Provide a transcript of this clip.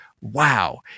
Wow